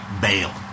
bail